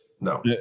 No